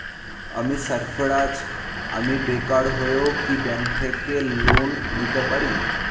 আমি সার্ফারাজ, আমি বেকার হয়েও কি ব্যঙ্ক থেকে লোন নিতে পারি?